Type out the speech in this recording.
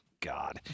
God